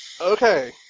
Okay